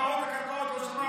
הפקעות הקרקעות עוד לא שמעת?